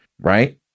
right